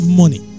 money